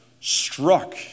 struck